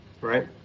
right